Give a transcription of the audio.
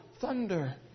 thunder